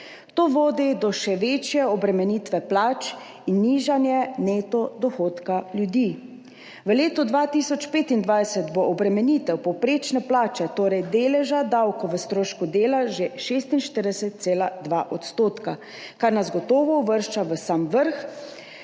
To vodi do še večje obremenitve plač in nižanja neto dohodka ljudi. V letu 2025 bo obremenitev povprečne plače, torej deleža davkov v strošku dela, že 46,2-odstotna, kar nas gotovo uvršča v sam vrh